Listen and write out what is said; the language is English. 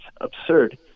absurd